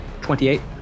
28